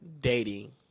dating